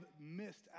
missed